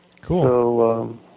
Cool